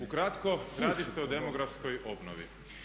Ukratko radi se o demografskoj obnovi.